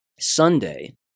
Sunday